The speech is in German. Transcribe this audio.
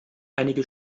einige